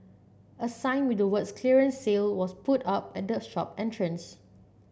a sign with the words clearance sale was put up at the shop entrance